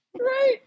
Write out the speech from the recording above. Right